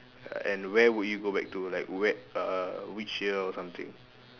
and where would you go back to like where uh which year or something